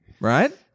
Right